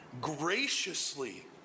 graciously